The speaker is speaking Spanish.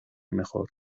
mejor